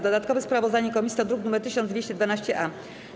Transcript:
Dodatkowe sprawozdanie komisji to druk nr 1212-A.